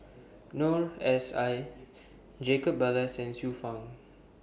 Noor S I Jacob Ballas and Xiu Fang